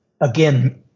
again